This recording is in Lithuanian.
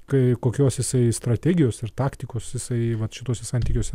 kai kokios jisai strategijos ir taktikos jisai vat šituose santykiuose